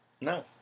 No